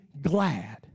glad